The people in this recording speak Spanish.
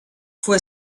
fue